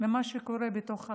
ממה שקורה בתוך החברה.